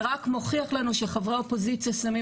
זה רק מוכיח לנו שחברי האופוזיציה שמים